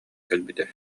кэлбитэ